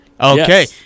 Okay